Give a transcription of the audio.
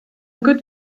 good